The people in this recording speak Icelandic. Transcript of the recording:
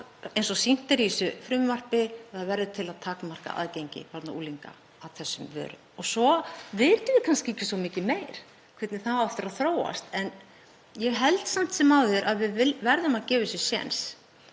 eins og sýnt er í þessu frumvarpi, það verður til þess að takmarka aðgengi barna og unglinga að þessum vörum. Svo vitum við kannski ekki svo mikið meira hvernig þetta á eftir að þróast. Ég held samt sem áður að við verðum að gefa þessu séns